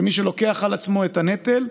כמי שלוקח על עצמו את הנטל,